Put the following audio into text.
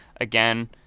again